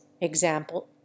example